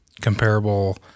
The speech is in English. comparable